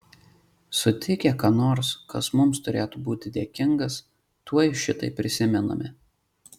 sutikę ką nors kas mums turėtų būti dėkingas tuoj šitai prisimename